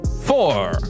four